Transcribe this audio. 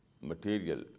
material